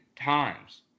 times